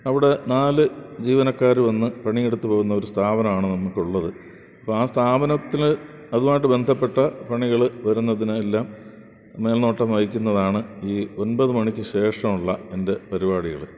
അവിടെ നാല് ജീവനക്കാർ വന്ന് പണിയെടുത്ത് പോകുന്ന ഒരു സ്ഥാപനമാണ് നമുക്ക് ഉള്ളത് അപ്പോൾ ആ സ്ഥാപനത്തിൽ അതുമായിട്ട് ബന്ധപ്പെട്ട പണികൾ വരുന്നതിനെല്ലാം മേൽനോട്ടം വഹിക്കുന്നതാണ് ഈ ഒമ്പത് മണിക്ക് ശേഷമുള്ള എൻ്റെ പരിപാടികൾ